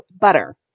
butter